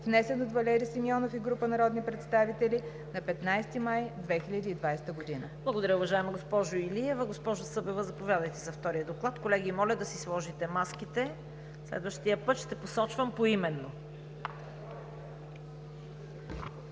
внесен от Валери Симеонов и група народни представители на 15 май 2020 г.“ ПРЕДСЕДАТЕЛ ЦВЕТА КАРАЯНЧЕВА: Благодаря, уважаема госпожо Илиева. Госпожо Събева, заповядайте за втория Доклад. Колеги, моля да си сложите маските, следващия път ще посочвам поименно!